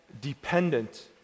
dependent